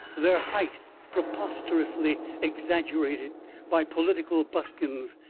their height preposterously exaggerated by political buskins,